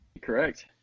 Correct